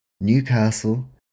Newcastle